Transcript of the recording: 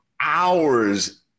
hours